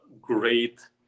great